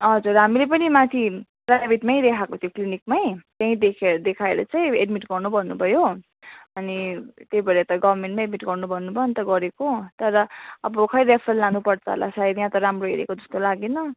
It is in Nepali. हजुर हामीले पनि माथि प्राइभेटमै देखाएको थियो क्लिनिकमै त्यही देखे देखाएर चाहिँ एडमिट गर्नु भन्नुभयो अनि त्यही भएर यता मेरो गभर्नमेन्टमै एडमिट गर्नु भन्नुभयो अन्त गरेको तर अब खै रेफर लानुपर्छ होला सायद यहाँ त राम्रो हेरेको जस्तो लागेन